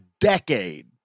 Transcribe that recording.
decade